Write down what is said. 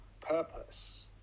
purpose